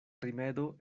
rimedo